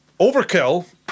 Overkill